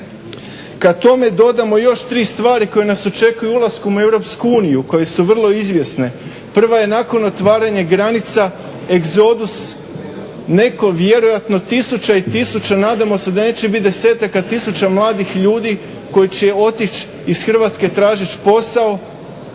Kad tome dodamo još tri stvari koje nas očekuju ulaskom u EU, koje su vrlo izvjesne, prva je nakon otvaranja granica egzodus, netko vjerujemo tisuća i tisuća, nadamo se da neće biti desetaka tisuća mladih ljudi koji će otići iz Hrvatske tražeć posao.